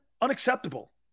unacceptable